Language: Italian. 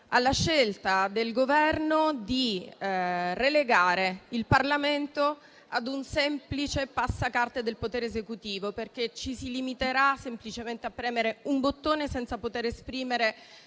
alla scelta del Governo di relegare il Parlamento ad un semplice passacarte del potere esecutivo, perché ci si limiterà semplicemente a premere un bottone, senza poter esprimere